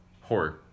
Horror